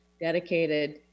dedicated